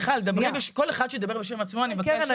מיכל, כל אחד שיידבר בשם עצמו, אני מבקשת.